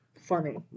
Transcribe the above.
funny